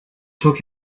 took